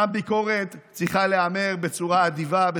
גם ביקורת צריכה להיאמר בצורה אדיבה,